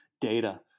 data